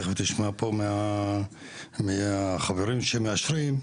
תיכף תשמע פה מהחברים שמאשרים.